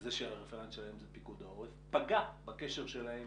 לזה שהרפרנט שלהם זה פיקוד העורף פגע בקשר שלהם